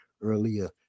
earlier